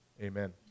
Amen